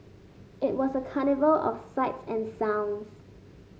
it was a carnival of sights and sounds